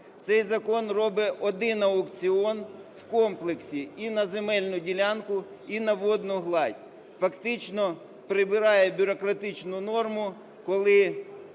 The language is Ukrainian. Цей закон робить один аукціон в комплексі: і на земельну ділянку, і на водну гладь. Фактично прибирає бюрократичну норму, коли